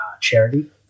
charity